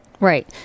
Right